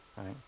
right